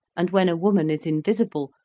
and when a woman is invisible,